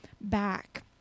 back